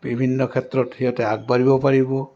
বিভিন্ন ক্ষেত্ৰত সিহঁতে আগবাঢ়িব পাৰিব